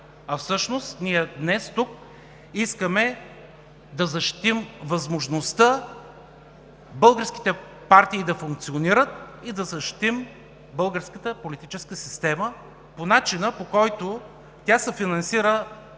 а всъщност днес ние искаме да защитим възможността българските партии да функционират и да защитим българската политическа система по начина, по който тя се финансира